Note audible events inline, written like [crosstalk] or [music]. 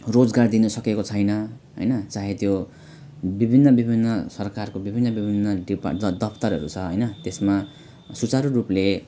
रोजगार दिनुसकेको छैन हैन चाहे त्यो विभिन्न विभिन्न सरकारको विभिन्न विभिन्न त्यो [unintelligible] दफ्तरहरू छ हैन त्यसमा सुचारु रूपले